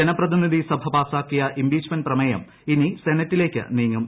ജനപ്രതിനിധി സഭ പാസാക്കിയ ഇംപ്പിച്ച്മെന്റ് പ്രമേയം ഇനി സെനറ്റിലേക്ക് നീങ്ങും